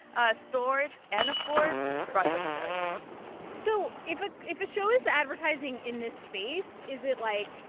ah stores and, of course, broadway shows so if ah if a show is advertising in this space, is it like.